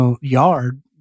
yard